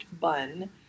bun